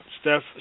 Steph